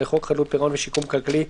לחוק חדלות פירעון ושיקום כלכלי,